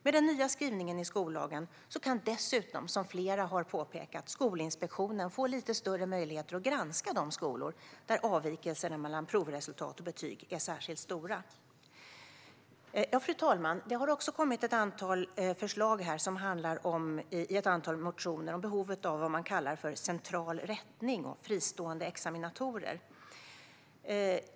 Med den nya skrivningen i skollagen kan Skolinspektionen dessutom, som flera har påpekat, få lite större möjligheter att granska de skolor där avvikelserna mellan provresultat och betyg är särskilt stora. Fru talman! Det har kommit förslag i ett antal motioner som handlar om behovet av vad man kallar central rättning och fristående examinatorer.